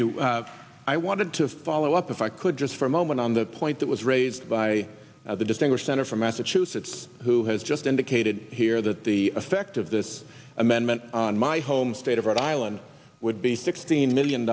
you i wanted to follow up if i could just for a moment on the point that was raised by the distinguished senator from massachusetts who has just indicated here that the effect of this amendment on my home state of rhode island would be steen million